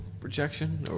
projection